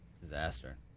Disaster